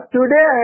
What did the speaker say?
Today